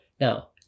Now